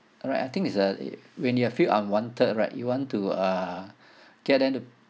alright I think it's a uh when you are feel unwanted right you want to uh get them to